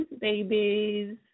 babies